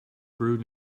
brewed